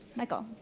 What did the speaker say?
michael?